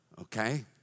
Okay